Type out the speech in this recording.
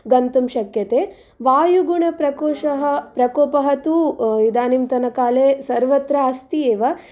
गन्तुं शक्यते वायुगुणप्रकोशः प्रकोपः तु इदानींतनकाले सर्वत्र अस्ति एव